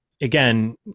again